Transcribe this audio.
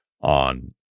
on